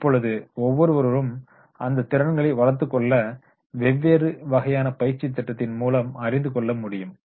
இப்பொழுது ஒவ்வொருவரும் அந்த திறன்களை வளர்த்துக்கொள்ள வெவ்வேறு வகையான பயிற்சித்திட்டத்தின் மூலம் அறிந்து கொள்ள முடியும்